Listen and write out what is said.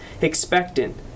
expectant